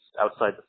outside